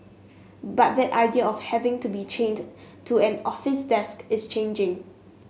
but that idea of having to be chained to an office desk is changing